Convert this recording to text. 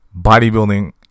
bodybuilding